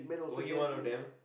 were you one of them